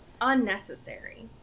unnecessary